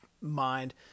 mind